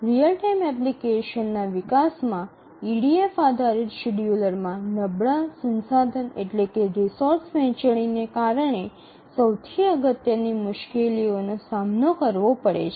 real time એપ્લિકેશનના વિકાસમાં EDF આધારિત શેડ્યૂલરમાં નબળા સંસાધન વહેંચણી ને કારણે સૌથી અગત્યની મુશ્કેલીનો સામનો કરવો પડે છે